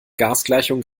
gasgleichung